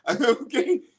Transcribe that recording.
Okay